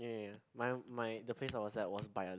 ya ya ya my my the place I was at was by a